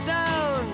down